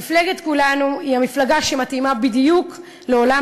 מפלגת כולנו היא המפלגה שמתאימה בדיוק לעולם